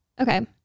Okay